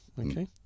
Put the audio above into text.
Okay